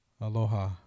aloha